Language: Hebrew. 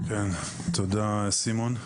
תודה, סימון.